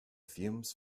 fumes